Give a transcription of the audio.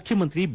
ಮುಖ್ಯಮಂತ್ರಿ ಬಿ